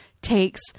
takes